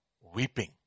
weeping